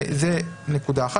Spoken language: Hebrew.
זאת נקודה אחת.